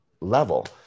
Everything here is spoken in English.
level